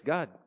God